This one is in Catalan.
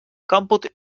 còmput